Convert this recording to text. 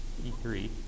E3